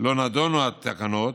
לא נדונו התקנות,